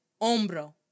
hombro